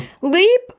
Leap